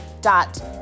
dot